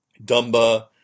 Dumba